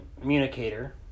communicator